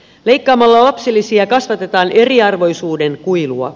leikkaamalla lapsilisiä kasvatetaan eriarvoisuuden kuilua